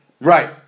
Right